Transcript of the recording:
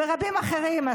ורבים אחרים.